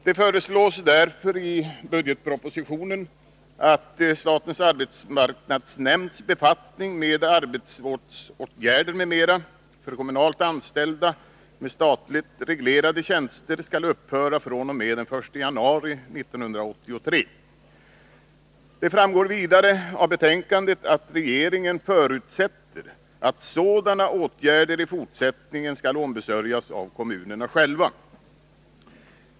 Det föreslås i budgetpropositionen att statens arbetsmarknadsnämnds befattning med arbetsvårdsåtgärder m.m. för kommunalt anställda med statligt reglerade tjänster skall upphöra fr.o.m. den 1 januari 1983. Det framgår vidare av betänkandet att regeringen förutsätter att sådana åtgärder i fortsättningen skall ombesörjas av kommunerna själva.